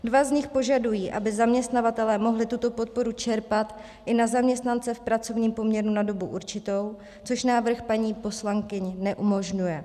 Dva z nich požadují, aby zaměstnavatelé mohli tuto podporu čerpat i na zaměstnance v pracovním poměru na dobu určitou, což návrh paní poslankyň neumožňuje.